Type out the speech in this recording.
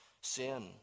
sin